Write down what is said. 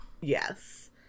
Yes